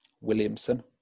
Williamson